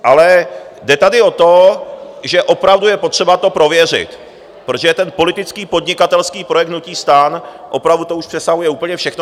Ale jde tady o to, že opravdu je potřeba to prověřit, protože ten politický podnikatelský projekt hnutí STAN, opravdu, to už přesahuje úplně všechno.